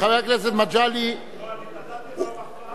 חבר הכנסת מגלי, לא, אני נתתי לו מחמאה.